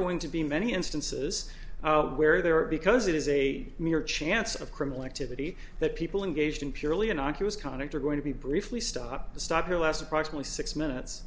going to be many instances where there are because it is a mere chance of criminal activity that people engaged in purely an oculus conduct are going to be briefly stop the stop or last approximately six minutes